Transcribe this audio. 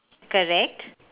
correct